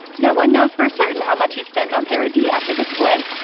no one knows for certain how much he spent on paradis after the split,